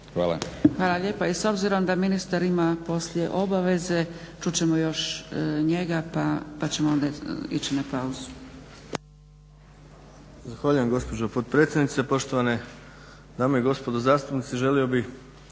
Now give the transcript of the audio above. (SDP)** Hvala lijepa. I s obzirom da ministar ima poslije obaveze čut ćemo još njega pa ćemo onda ići na pauzu. **Bauk, Arsen (SDP)** Zahvaljujem gospođo potpredsjednice. Poštovane dame i gospodo zastupnici. Želio bih